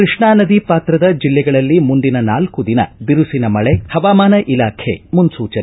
ಕೃಷ್ಣಾ ನದಿ ಪಾತ್ರದ ಜಿಲ್ಲೆಗಳಲ್ಲಿ ಮುಂದಿನ ನಾಲ್ಲು ದಿನ ಬಿರುಸಿನ ಮಳೆ ಹವಾಮಾನ ಇಲಾಖೆ ಮುನ್ನೂಚನೆ